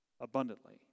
Abundantly